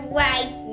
right